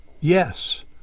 yes